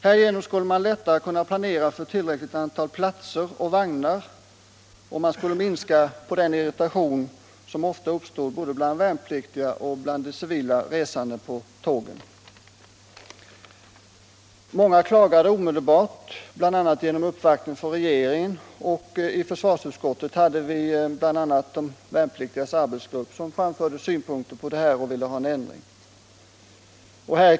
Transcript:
Härigenom skulle man lättare kunna planera för tillräckligt antal platser och vagnar, och man skulle minska den irritation som ofta uppstod bland både värnpliktiga och civila resande på tågen. Många klagade omedelbart, bl.a. vid uppvaktningar för regeringen, och i försvarsutskottet hade vi också besök av de värnpliktigas arbetsgrupp. som framförde synpunkter på detta och ville ha en ändring.